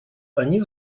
они